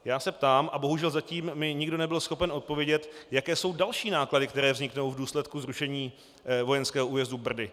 Já se ptám a bohužel mi zatím nikdo nebyl schopen odpovědět, jaké jsou další náklady, které vzniknou v důsledku zrušení vojenského újezdu Brdy.